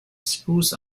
spruce